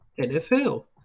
NFL